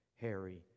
Harry